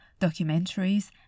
documentaries